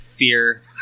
Fear